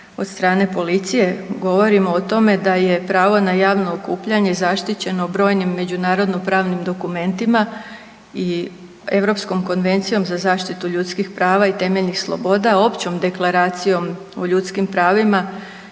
od strane policije. Govorimo o tome da je pravo na javno okupljanje zaštićeno brojnim međunarodno-pravnim dokumentima i Europskom konvencijom za zaštitu ljudskih prava i temeljnih sloboda, Općom deklaracijom o ljudskim pravima,